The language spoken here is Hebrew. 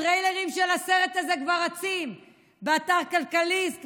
הטריילרים של הסרט הזה כבר רצים באתר כלכליסט,